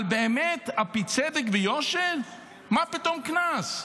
אבל באמת, על פי צדק ויושר, מה פתאום קנס?